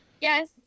Yes